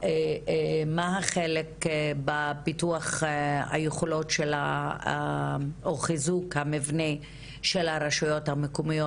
מה החלק בפיתוח היכולות או חיזוק המבנה של הרשויות המקומיות,